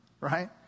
right